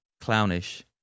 clownish